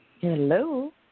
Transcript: Hello